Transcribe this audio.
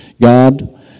God